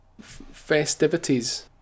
festivities